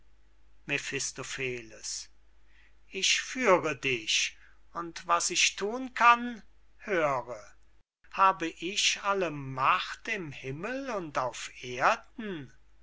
mephistopheles ich führe dich und was ich thun kann höre habe ich alle macht im himmel und auf erden